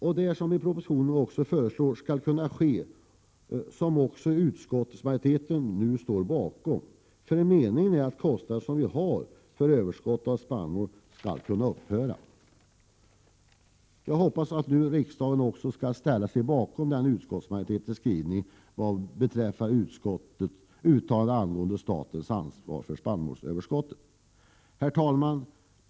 I propositionen föreslås att så skall kunna ske. Också utskottsmajoriteten står bakom detta. Meningen är ju att kostnaderna för överskottet skall kunna upphöra. Jag hoppas att riksdagen också skall ställa sig bakom utskottsmajoritetens skrivning vad beträffar uttalandet om statens ansvar för spannmålsöverskottet. Herr talman!